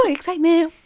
Excitement